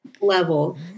level